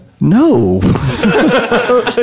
No